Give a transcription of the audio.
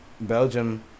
Belgium